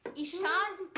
ishaan.